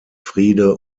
friede